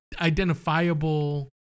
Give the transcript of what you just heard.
identifiable